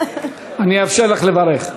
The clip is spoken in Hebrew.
אני אאפשר לך לברך.